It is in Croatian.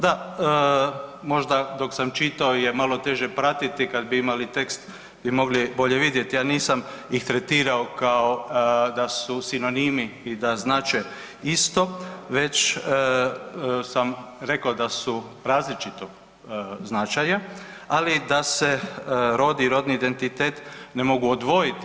Da, možda dok sam čitao je malo teže pratiti kad bi imali tekst bi mogli bolje vidjeti, a nisam ih tretirao kao da su sinonimi i da znače isto već sam rekao da su različitog značaja ali da se rod i rodni identitet ne mogu odvojiti.